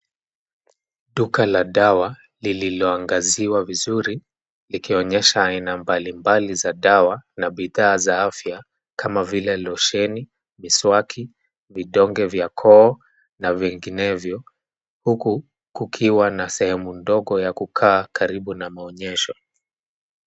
Duka la dawa lililoangaziwa vizuri likionyesha aina mbalimbali za dawa na bidhaa za afya kama vile: losheni, miswaki, vidonge vya koo na vinginevyo, huku kukiwa na sehemu ndogo ya kukaa karibu na maonyesho.